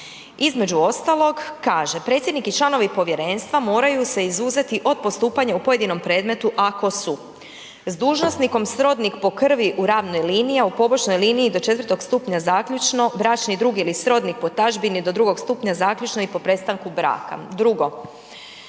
između ostalog kaže „Predsjednik i članovi povjerenstva moraju se izuzeti od postupanja u pojedinom predmetu ako su: 1. S dužnosnikom srodnik po krvi u ravnoj liniji, a u pomoćnoj liniji do 4. stupnja zaključno, bračni drug ili srodnik po tazbini do 2. stupnja zaključno i po prestanku braka. 2.